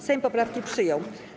Sejm poprawki przyjął.